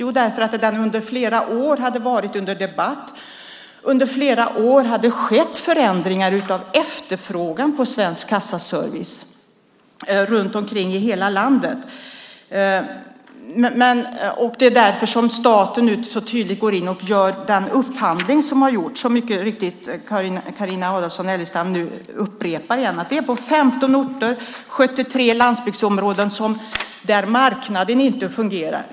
Svensk Kassaservice hade under flera år varit under debatt, och det hade under flera år skett förändringar av efterfrågan på Svensk Kassaservice runt omkring i hela landet. Det är därför som staten nu så tydligt har gått in och gjort den upphandling som har gjorts, som Carina Adolfsson Elgestam nu mycket riktigt upprepar, på 15 orter och 73 landsbygdsområden där marknaden inte fungerar.